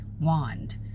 wand